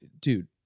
dude